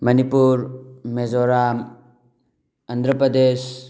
Manipur Mizoram Andhra Pradesh